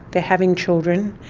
they are having children,